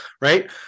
right